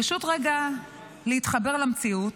פשוט רגע להתחבר למציאות.